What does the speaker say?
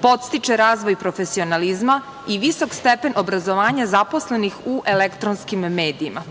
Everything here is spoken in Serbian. podstiče razvoj profesionalizma i visok stepen obrazovanja zaposlenih u elektronskim medijima.